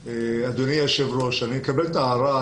אדוני היושב ראש, אני מקבל את ההערה.